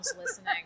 listening